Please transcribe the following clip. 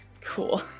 cool